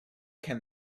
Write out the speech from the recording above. can